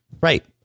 Right